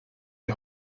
die